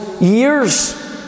years